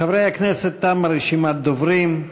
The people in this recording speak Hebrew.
חברי הכנסת, תמה רשימת הדוברים.